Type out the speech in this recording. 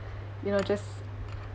you know just